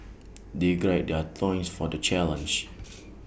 they gird their loins for the challenge